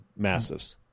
massives